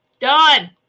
Done